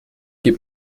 gib